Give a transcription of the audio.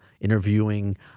interviewing